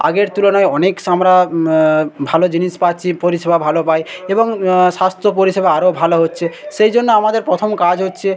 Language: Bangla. আগের তুলনায় অনেক স্ আমরা ভালো জিনিস পাচ্ছি পরিষেবা ভালো পাই এবং স্বাস্থ্য পরিষেবা আরও ভালো হচ্ছে সেই জন্য আমাদের প্রথম কাজ হচ্ছে